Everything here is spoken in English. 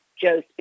Joe